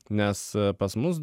nes pas mus